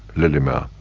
lillehammer.